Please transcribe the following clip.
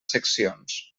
seccions